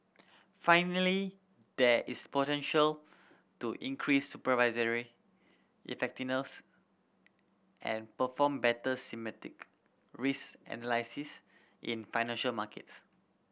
finally there is potential to increase supervisory effectiveness and perform better risk analysis in financial markets